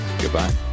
goodbye